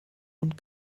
und